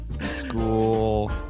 school